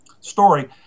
story